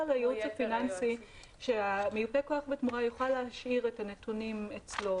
בתחום הייעוץ הפיננסי בכך שמיופה הכוח יוכל להשאיר את הנתונים אצלו,